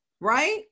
right